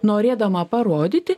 norėdama parodyti